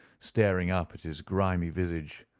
staring up at his grimy visage.